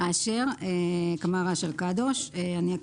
אשר קדוש ב-זום.